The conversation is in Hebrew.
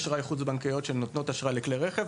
אשראי חוץ בנקאיות שנותנות אשראי לרכישת כלי רכב.